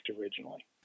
originally